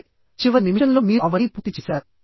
సరే చివరి నిమిషంలో మీరు అవన్నీ పూర్తి చేసారు